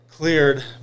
cleared